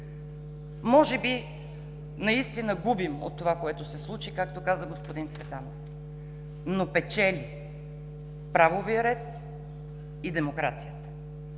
Може би наистина губим от това, което се случи, както каза господин Цветанов, но печели правовият ред и демокрацията.